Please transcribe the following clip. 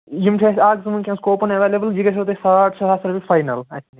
یِم چھِ اَسہِ اَکھ زٕ وٕنۍکٮ۪س کوپَن اٮ۪ویلیبٕل یہِ گژھیو تۄہہِ ساڑ شےٚ ساس رۄپیہِ فاینَل